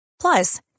Plus